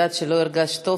הבנתי שלא הרגשת טוב,